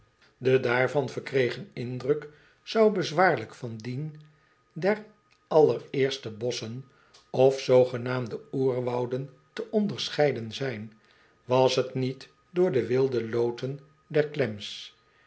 de daarvan verkregen indruk zou bezwaariyk van dien der allereerste bosschen of zoogenaamde oerwouden te onderscheiden zijn was t niet door de wilde loten der